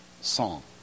song